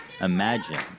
imagine